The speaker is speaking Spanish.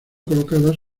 colocadas